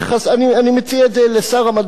אני מציע את זה לשר המדע,